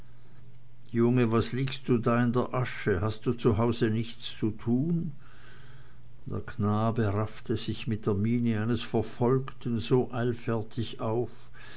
junge was liegst du da in der asche hast du zu hause nichts zu tun der knabe raffte sich mit der miene eines verfolgten so eilfertig auf